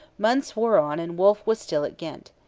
months wore on and wolfe was still at ghent.